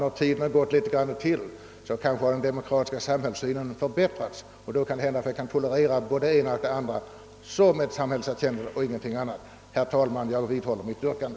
När det har gått ytterligare någon tid har kanske den socialdemokratiska samhällssynen förändrats så att man tolererar både det ena och det andra såsom ett samhällserkännande. Herr talman! Jag vidhåller mitt yrkande.